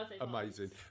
amazing